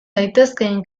daitezkeen